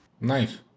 Nice